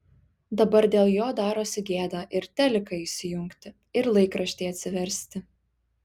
dabar dėl jo darosi gėda ir teliką įsijungti ir laikraštį atsiversti